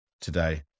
today